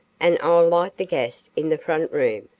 and i'll light the gas in the front room.